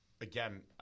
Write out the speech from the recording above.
again